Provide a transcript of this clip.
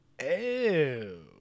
Ew